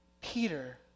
Peter